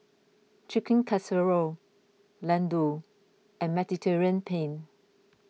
Chicken Casserole Ladoo and Mediterranean Penne